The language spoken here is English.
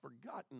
forgotten